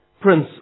Prince